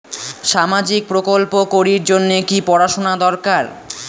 সামাজিক প্রকল্প করির জন্যে কি পড়াশুনা দরকার?